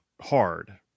hard